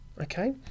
okay